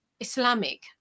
Islamic